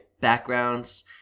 backgrounds